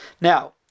Now